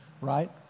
right